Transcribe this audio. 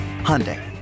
Hyundai